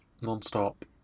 non-stop